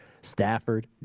Stafford